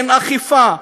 אין אכיפה,